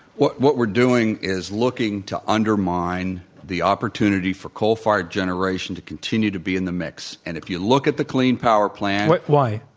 what what we're doing is looking to undermine the opportunity for coal-fired generation to continue to be in the mix, and if you look at the clean power plan what? why?